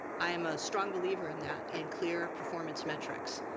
i am a strong believer in that in clear performance metrics.